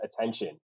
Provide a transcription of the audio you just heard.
attention